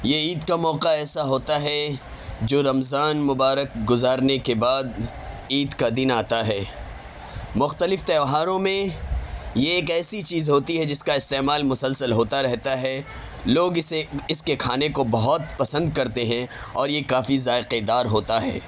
یہ عید کا موقعہ ایسا ہوتا ہے جو رمضان مبارک گزارنے کے بعد عید کا دن آتا ہے مختلف تیوہاروں میں یہ ایک ایسی چیز ہوتی ہے جس کا استعمال مسلسل ہوتا رہتا ہے لوگ اسے اس کے کھانے کو بہت پسند کرتے ہیں اور کافی ذائقہ دار ہوتا ہے